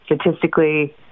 statistically